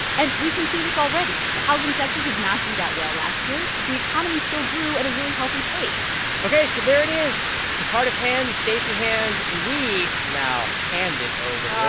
and we can see this already. the housing sector did not do that well last year, but the economy still grew at a really healthy pace ok. so there it is the cardiff hand, the stacey hand. and we will now hand it over